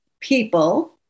people